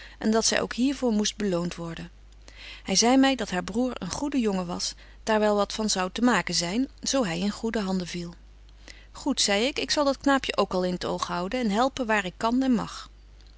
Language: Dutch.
en dat zy ook hier voor moest beloont worden hy zei my dat haar broêr een goede jongen was daar wel wat van zou te maken zyn zo hy in goede handen viel goed zei ik ik zal dat knaapje ook al in t oog houden en helpen waar ik kan en mag